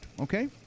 Okay